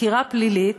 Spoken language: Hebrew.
חקירה פלילית,